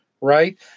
right